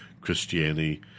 Christianity